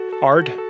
Art